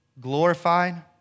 glorified